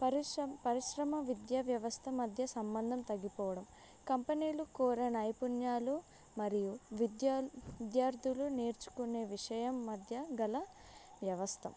పరిశ్ర పరిశ్రమ విద్య వ్యవస్థ మధ్య సంబంధం తగ్గిపోవడం కంపెనీలు కోరే నైపుణ్యాలు మరియు విద్య విద్యార్థులు నేర్చుకునే విషయం మధ్య గల వ్యవస్థ